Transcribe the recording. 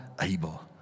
able